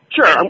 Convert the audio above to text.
Sure